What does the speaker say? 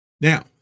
Now